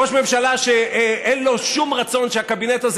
ראש ממשלה שאין לו שום רצון שהקבינט הזה